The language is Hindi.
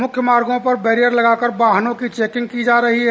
मुख्य मार्गो पर बैरियर लगाकर वाहनों की चेकिंग की जा रही है